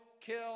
kill